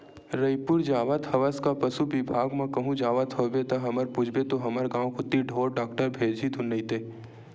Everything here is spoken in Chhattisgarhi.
रइपुर जावत हवस का पसु बिभाग म कहूं जावत होबे ता हमर पूछबे तो हमर गांव कोती ढोर डॉक्टर भेजही धुन नइते